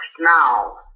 now